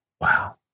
Wow